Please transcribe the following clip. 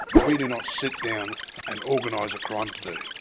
we do not sit down and organise a crime to do.